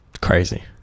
crazy